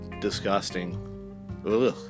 disgusting